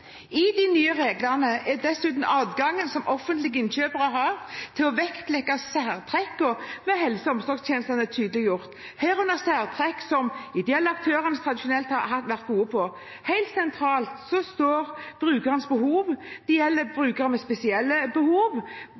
I de nye reglene er dessuten adgangen offentlige innkjøpere har til å vektlegge særtrekkene ved helse- og omsorgstjenestene, tydeliggjort – herunder særtrekk som ideelle aktører tradisjonelt har vært gode på. Helt sentralt står brukernes behov. Det gjelder brukere med spesielle behov